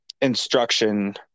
instruction